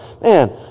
man